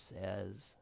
says